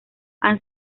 han